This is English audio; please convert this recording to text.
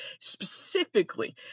specifically